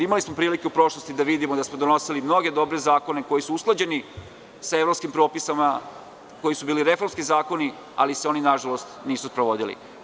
Imali smo prilike u prošlosti da vidimo da smo donosili mnoge dobre zakone koji su usklađeni sa evropskim propisima, koji su bili reformski zakoni, ali se oni nažalost nisu sprovodili.